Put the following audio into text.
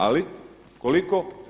Ali, koliko?